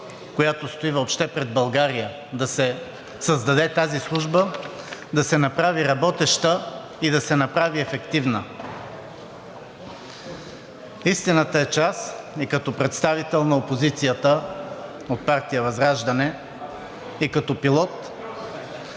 която стои въобще пред България – да се създаде тази служба, да се направи работеща и ефективна. Истината е, че аз и като представител на опозицията от партия ВЪЗРАЖДАНЕ, и като пилот